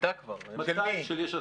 של יש עתיד?